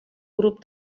grup